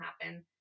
happen